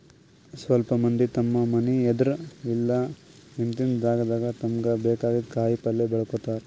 ಸ್ವಲ್ಪ್ ಮಂದಿ ತಮ್ಮ್ ಮನಿ ಎದ್ರ್ ಇಲ್ಲ ಹಿಂದಿನ್ ಜಾಗಾದಾಗ ತಮ್ಗ್ ಬೇಕಾಗಿದ್ದ್ ಕಾಯಿಪಲ್ಯ ಬೆಳ್ಕೋತಾರ್